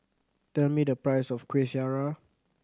tell me the price of Kueh Syara